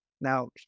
Now